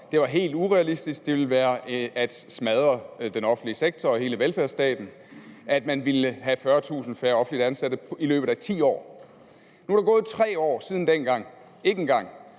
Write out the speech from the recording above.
det var helt urealistisk; det ville være at smadre den offentlige sektor og hele velfærdsstaten, at man ville have 40.000 færre offentligt ansatte i løbet af 10 år. Nu er der ikke engang gået 3 år siden dengang, og